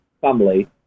family